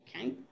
okay